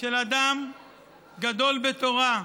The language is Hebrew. של אדם גדול בתורה,